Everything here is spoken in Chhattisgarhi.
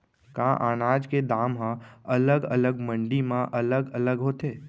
का अनाज के दाम हा अलग अलग मंडी म अलग अलग होथे?